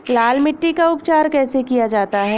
लाल मिट्टी का उपचार कैसे किया जाता है?